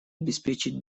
обеспечить